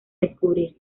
descubrir